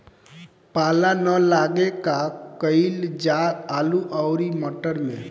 पाला न लागे का कयिल जा आलू औरी मटर मैं?